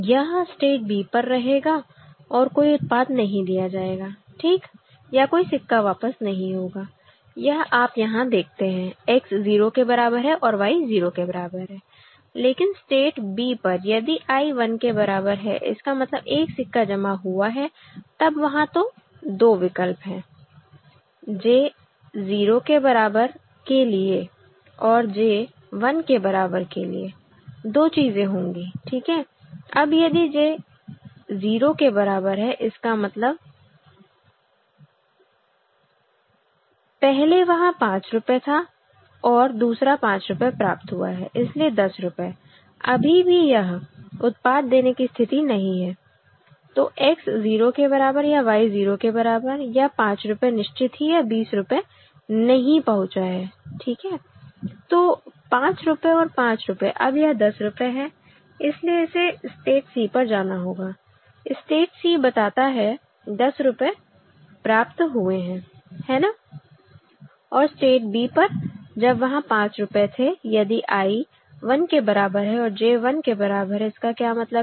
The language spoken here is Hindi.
यह स्टेट b पर रहेगा और कोई उत्पाद नहीं दिया जाएगा ठीक या कोई सिक्का वापस नहीं होगा यह आप यहां देखते हैं X 0 के बराबर है और Y 0 के बराबर है लेकिन स्टेट b पर यदि I 1 के बराबर है इसका मतलब एक सिक्का जमा हुआ है तब वहां तो दो विकल्प है J 0 के बराबर के लिए और J 1 के बराबर के लिए दो चीजें होंगी ठीक है अब यदि J 0 के बराबर है इसका मतलब पहले वहां 5 रुपए था और दूसरा 5 रुपए प्राप्त हुआ है इसलिए 10 रुपए अभी भी यह उत्पाद देने की स्थिति नहीं है तो X 0 के बराबर या Y 0 के बराबर या 5 रुपए निश्चित ही यह 20 रुपए नहीं पहुंचा है ठीक है तो 5 रुपए और 5 रुपए अब यह 10 रुपए है इसलिए इसे स्टेट c पर जाना होगा स्टेट c बताता है 10 रुपए प्राप्त हुए हैं है ना और स्टेट b पर जब वहां 5 रुपए थे यदि I 1 के बराबर है और J 1 के बराबर है इसका क्या मतलब है